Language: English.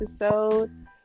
episode